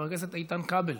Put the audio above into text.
חבר הכנסת איתן כבל,